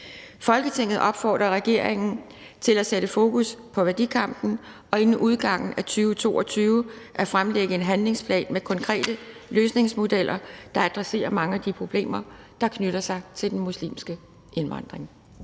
Folketinget opfordrer regeringen til at sætte fokus på værdikampen og inden udgangen af 2022 at fremlægge en handlingsplan med konkrete løsningsmodeller, der adresserer mange af de problemer, der knytter sig til den muslimske indvandring.«